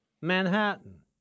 Manhattan